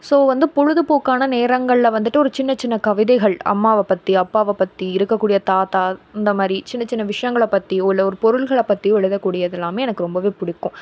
so வந்து பொழுதுபோக்கான நேரங்களில் வந்துட்டு ஒரு சின்ன சின்ன கவிதைகள் அம்மாவை பற்றி அப்பாவை பற்றி இருக்கக்கூடிய தாத்தா இந்தமாதிரி சின்ன சின்ன விஷயங்களை பற்றியோ இல்லை ஒரு பொருள்களை பற்றியோ எழுதக்கூடிய இதெல்லாமே எனக்கு ரொம்பவே பிடிக்கும